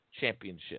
Championship